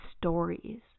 stories